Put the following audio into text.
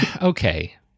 okay